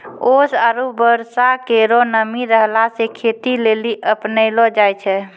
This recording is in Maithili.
ओस आरु बर्षा केरो नमी रहला सें खेती लेलि अपनैलो जाय छै?